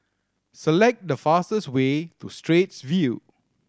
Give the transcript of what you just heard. select the fastest way to Straits View